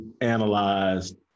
analyzed